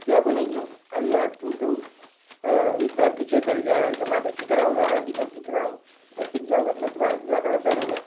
क्या बोलेंगे अरे यार तुम तो इतना पीछे तैर के आया क्योंकि मैं अभी सीख रहा हूँ ना अभी मैं सीख रहा हूँ और सीख जाऊँगा तो मैं तुम्हारे से ज़्यादा मैं तैरुँगा